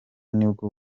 nibwo